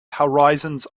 horizons